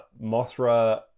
mothra